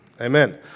Amen